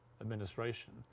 administration